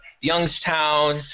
Youngstown